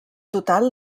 total